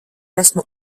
esmu